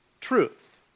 truth